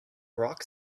rock